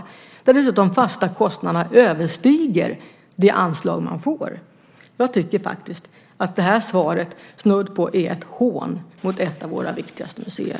Dessutom överstiger de fasta kostnaderna det anslag man får. Jag tycker faktiskt att det här svaret snudd på är ett hån mot ett av våra viktigaste museer.